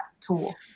tool